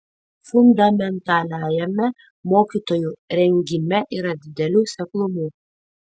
fundamentaliajame mokytojų rengime yra didelių seklumų